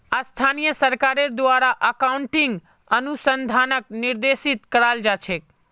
स्थानीय सरकारेर द्वारे अकाउन्टिंग अनुसंधानक निर्देशित कराल जा छेक